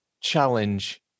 challenge